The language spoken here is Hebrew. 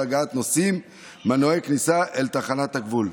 הגעת נוסעים מנועי כניסה אל תחנת הגבול.